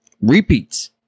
Repeats